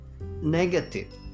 negative